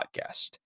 podcast